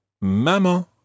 maman